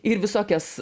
ir visokias